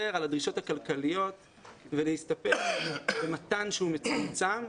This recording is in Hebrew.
על הדרישות הכלכליות ולהסתפק במתן שהוא מצומצם.